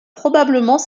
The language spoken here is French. probablement